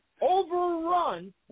overrun